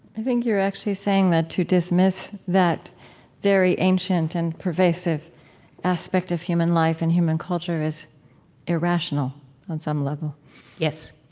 i think you're actually saying that to dismiss that very ancient and pervasive aspect of human life and human culture is irrational on some level yes